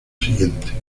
siguiente